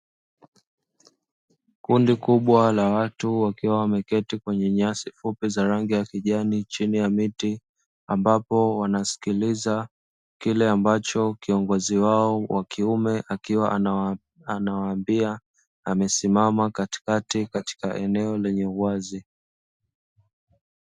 Kundi kubwa lawatu wakiwa wameketi kwenye nyasi fupi za rangi ya kijani chini ya miti ambapo wanasikiliza kile ambacho kiongozi wao wakiume akiwa anawaambia amesimama katikati katika eneo lenye uwazi.